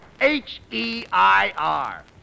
H-E-I-R